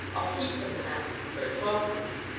i'll keep them without it for a twelvemonth.